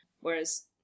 Whereas